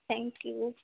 thank you